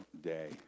day